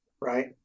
right